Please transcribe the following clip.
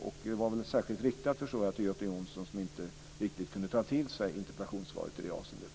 Jag förstår att det var särskilt riktat till Göte Jonsson som inte riktigt kunde ta till sig interpellationssvaret i det avseendet.